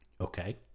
Okay